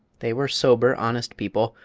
they were sober, honest people,